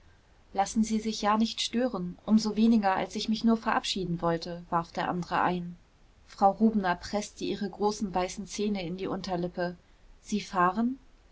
lassen sie sich ja nicht stören um so weniger als ich mich nur verabschieden wollte warf der andere ein frau rubner preßte ihre großen weißen zähne in die unterlippe sie fahren